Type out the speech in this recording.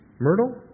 Myrtle